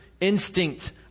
instinct